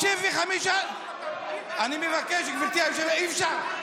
35. אני מבקש, גברתי היושבת-ראש, אי-אפשר.